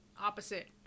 opposite